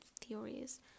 theories